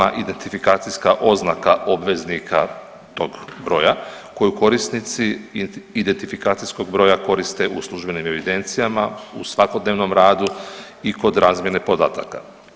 identifikacijska oznaka obveznika tog broja koju korisnici identifikacijskog broja koriste u službenim evidencijama, u svakodnevnom radu i kod razmjene podataka.